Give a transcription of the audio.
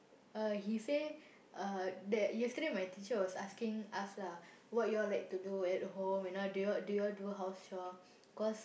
uh he say uh that yesterday my teacher was asking us lah what you all like to do at home you know do you all do you all do house chore cause